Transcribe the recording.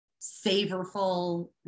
savorful